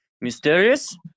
mysterious